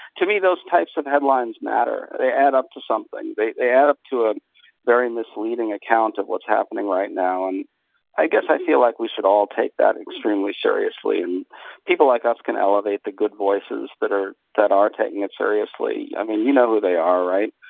to me those types of headlines matter. they add up to something. they they add up to a very misleading account of what's happening right now, and i guess i feel like we should all take that extremely seriously people like us can elevate the good voices that are that are taking it seriously. i mean, you know they are, right?